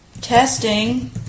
Testing